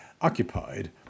occupied